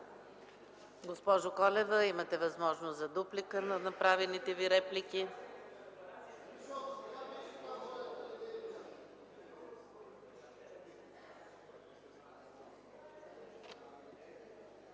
Госпожо Колева, имате възможност за дуплика на направените Ви реплики.